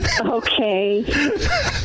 Okay